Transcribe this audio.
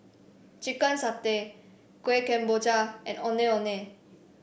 Chicken Satay Kueh Kemboja and Ondeh Ondeh